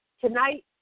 Tonight